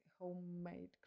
homemade